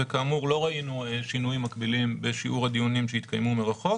וכאמור לא ראינו שינויים מקבילים בשיעור הדיונים שהתקיימו מרחוק.